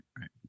right